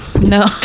no